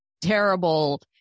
terrible